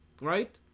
right